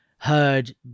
Heard